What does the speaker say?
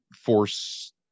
force